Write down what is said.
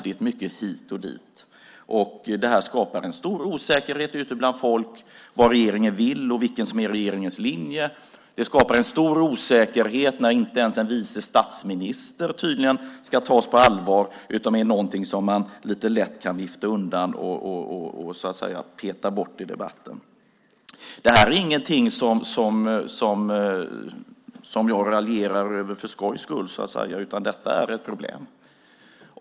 Det här skapar stor osäkerhet ute bland folk när det gäller vad regeringen vill och vilken som är regeringens linje. Det skapar stor osäkerhet när inte ens en vice statsminister tydligen ska tas på allvar utan är någonting som man lite lätt kan vifta undan och peta bort i debatten. Det här är ingenting som jag raljerar över för skojs skull, utan det är ett problem.